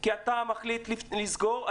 כי אתה מחליט לסגור,